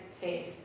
faith